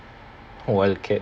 wild cat